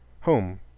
home